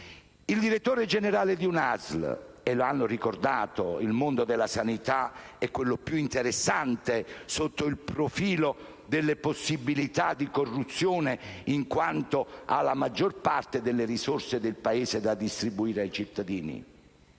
dei dirigenti delle unità sanitarie locali. Il mondo della sanità è quello più interessante sotto il profilo delle possibilità di corruzione, in quanto ha la maggior parte delle risorse del Paese da distribuire ai cittadini.